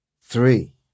three